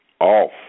off